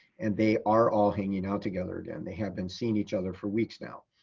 and they are all hanging out together again. they have been seeing each other for weeks now.